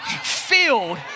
filled